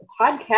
podcast